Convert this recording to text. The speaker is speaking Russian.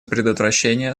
предотвращение